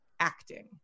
acting